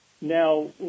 Now